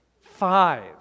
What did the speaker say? Five